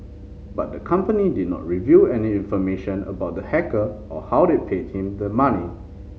but the company did not reveal any information about the hacker or how it paid him the money